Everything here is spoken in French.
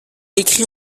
écrit